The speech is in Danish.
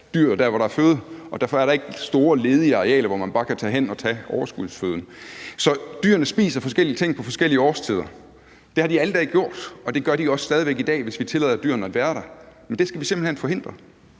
og derfor er der ikke store ledige arealer, hvor de bare kan tage hen og tage overskudsføden. Så dyrene spiser forskellige ting på forskellige årstider. Det har de alle dage gjort, og det gør de stadig væk i dag, hvis vi tillader dyrene at være der. Men det skal vi simpelt hen forhindre?